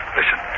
Listen